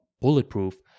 bulletproof